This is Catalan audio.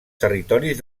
territoris